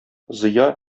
зыя